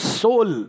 soul